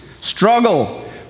struggle